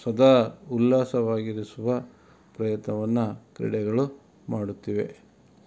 ಸದಾ ಉಲ್ಲಾಸವಾಗಿರಿಸುವ ಪ್ರಯತ್ನವನ್ನು ಕ್ರೀಡೆಗಳು ಮಾಡುತ್ತಿವೆ